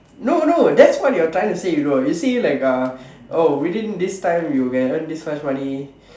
no no that's what you're trying to say you know you say like uh oh within this time you can earn this much money